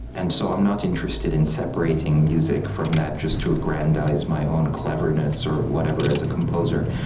and so i'm not interested in separating music from that just to aggrandize my own cleverness or whatever as a composer.